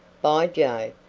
by jove,